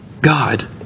God